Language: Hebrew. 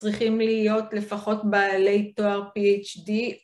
צריכים להיות לפחות בעלי תואר פי.ה.די